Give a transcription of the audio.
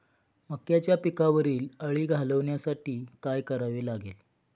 मक्याच्या पिकावरील अळी घालवण्यासाठी काय करावे लागेल?